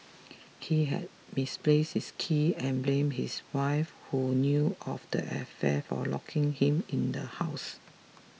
he had misplaced his keys and blamed his wife who knew of the affair for locking him in the house